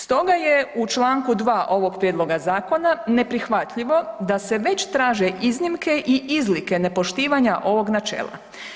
Stoga je u članku 2. ovoga Prijedloga zakona neprihvatljivo da se već traže iznimke i izlike nepoštivanja ovog načela.